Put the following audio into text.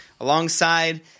alongside